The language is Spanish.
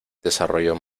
desarrollo